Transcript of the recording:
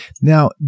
Now